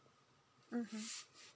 mmhmm